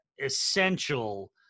essential